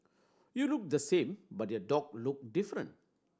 you look the same but your dog look different